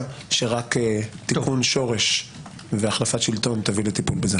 שרק טיפול שורש והחלפת שלטון תביא לטיפול בזה.